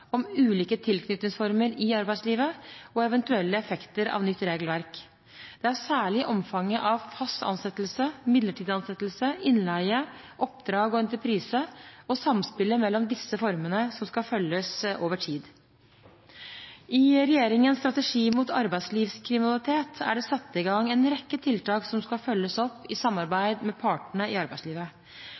om ulike tilknytningsformer i arbeidslivet og eventuelle effekter av nytt regelverk. Det er særlig omfanget av fast ansettelse, midlertidig ansettelse, innleie og oppdrag/entreprise og samspillet mellom disse formene som skal følges over tid. I regjeringens strategi mot arbeidslivskriminalitet er det satt i gang en rekke tiltak som skal følges opp i samarbeid med partene i arbeidslivet.